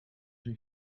een